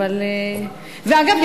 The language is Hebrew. אגב,